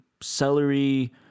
celery